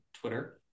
Twitter